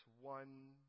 one